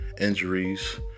injuries